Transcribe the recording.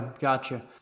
gotcha